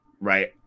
right